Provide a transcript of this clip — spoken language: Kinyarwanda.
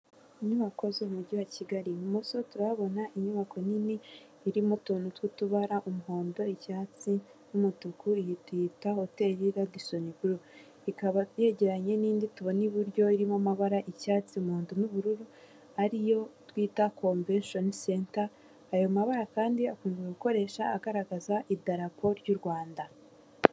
Icyumba kigaragara nkaho hari ahantu bigira ikoranabuhanga, hari abagabo babiri ndetse hari n'undi utari kugaragara neza, umwe yambaye ishati y'iroze undi yambaye ishati y'umutuku irimo utubara tw'umukara, imbere yabo hari amaterefoni menshi bigaragara ko bari kwihugura.